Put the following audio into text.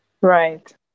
Right